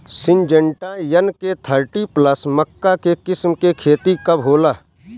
Syngenta NK thirty plus मक्का के किस्म के खेती कब होला?